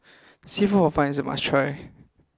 Seafood Hor Fun is a must try